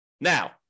Now